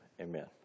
amen